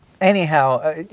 Anyhow